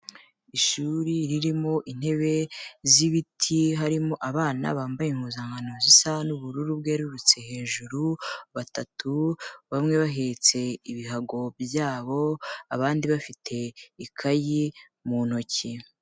Ishuri ririmo intebe z'ibiti harimo abana bambaye impuzankano zisa n'ubururu bwererutse hejuru batatu, bamwe bahetse ibihago byabo abandi bafite ikayi mu ntoki.